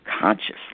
consciously